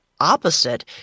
opposite